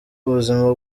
ubuzima